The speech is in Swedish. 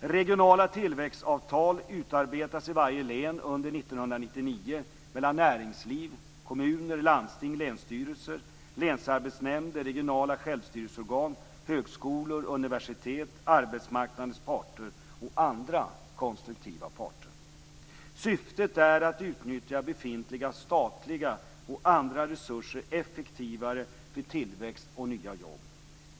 Regionala tillväxtavtal utarbetas i varje län under 1999 mellan näringsliv, kommuner, landsting, länsstyrelser, länsarbetsnämnder, regionala självstyrelseorgan, högskolor, universitet, arbetsmarknadens parter och andra konstruktiva parter. Syftet är att utnyttja befintliga statliga och andra resurser effektivare för tillväxt och nya jobb.